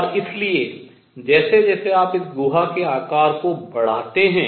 और इसलिए जैसे जैसे आप इस गुहा के आकार को बढ़ाते हैं